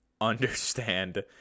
understand